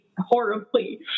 horribly